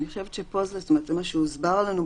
לפי מה שהוסבר לנו,